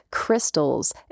Crystals